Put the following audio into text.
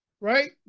right